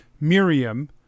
Miriam